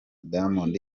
diamond